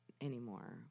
anymore